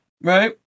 right